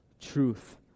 truth